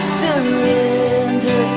surrender